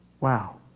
Wow